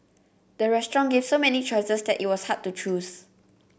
the restaurant gave so many choices that it was hard to choose